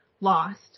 lost